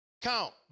Count